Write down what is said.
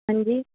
ہاں جی